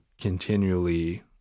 continually